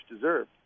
deserved